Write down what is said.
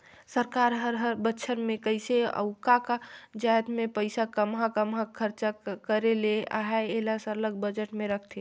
सरकार हर हर बछर में कइसे अउ का का जाएत में पइसा काम्हां काम्हां खरचा करे ले अहे एला सरलग बजट में रखथे